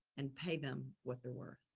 and pay them what they're worth.